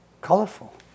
colorful